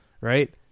right